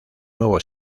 nuevo